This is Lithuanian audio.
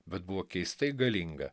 bet buvo keistai galinga